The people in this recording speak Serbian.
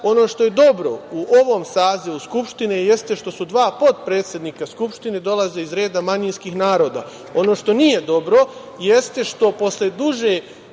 Ono što je dobro u ovom sazivu Skupštine jeste što dva potpredsednika Skupštine dolaze iz reda manjinskih naroda. Ono što nije dobro jeste što posle duže